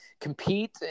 compete